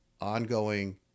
ongoing